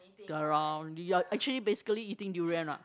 you are actually basically eating durian what